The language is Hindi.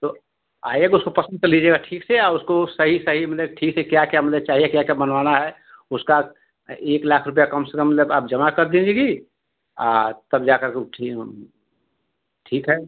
तो आइएगा उसको पसंद कर लीजिएगा ठीक से और उसको सही सही मतलब ठीक है क्या क्या मतलब चाहिए क्या क्या बनवाना है उसका एक लाख रुपये कम से कम मतलब आप जमा कर दीजिएगी तब जाकर के वो ठी ठीक है